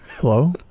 Hello